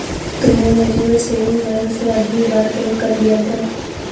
तुमने mutual saving bank से आखरी बार लोन कब लिया था?